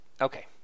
okay